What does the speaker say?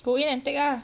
go in and take ah